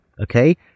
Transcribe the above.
Okay